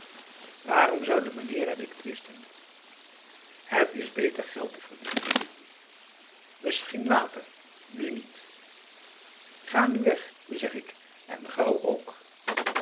waarom zouden mijnheer en ik twisten het is beter geld te verdienen misschien later nu niet ga nu weg zeg ik en gauw ook